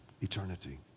eternity